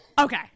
okay